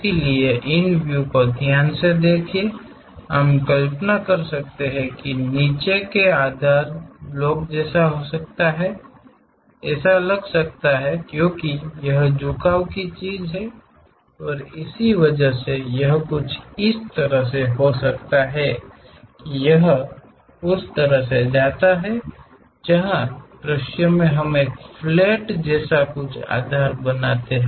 इसलिए इन व्यू को ध्यान से देखने पर हम कल्पना कर सकते हैं कि नीचे का आधार ब्लॉक हो सकता है ऐसा लग सकता है और क्योंकि यह झुकाव की चीज है और इस वजह से यह कुछ इस तरह से हो सकता है कि यह उस तरह से जाता है जहां दृश्य हमें एक फ्लैट जैसा कुछ आधार बताते हैं